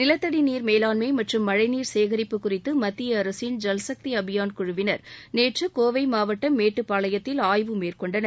நிலத்தடி நீர் மேலாண்மை மற்றும் மழைநீர் சேகரிப்பு குறித்து மத்திய அரசின் ஜல்சக்தி அபியான் குழுவினர் நேற்று கோவை மாவட்டம் மேட்டுப்பாளையத்தில் ஆய்வு மேற்கொண்டனர்